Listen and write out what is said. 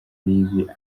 bibi